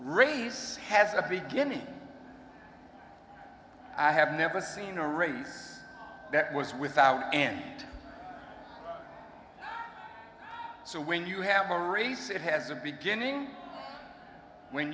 race has a beginning i have never seen a race that was without and so when you have a race it has a beginning when